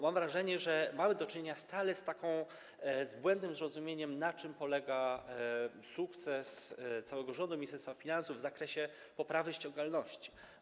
Mam wrażenie, że stale mamy do czynienia z błędnym zrozumieniem, na czym polega sukces całego rządu i Ministerstwa Finansów w zakresie poprawy ściągalności.